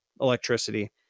electricity